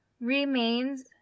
remains